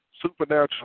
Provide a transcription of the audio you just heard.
supernatural